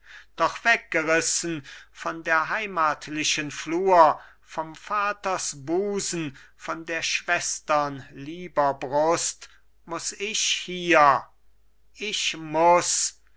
doch weggerissen von der heimatlichen flur vom vaters busen von der schwestern lieber brust muß ich hier ich muß